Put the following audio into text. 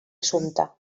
assumpte